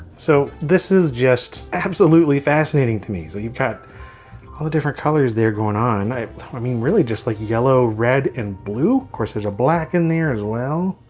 so this is just absolutely fascinating to me. so you've got all the different colors they're going on. i mean really just like yellow, red and blue of course there's a black in there as well.